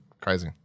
Crazy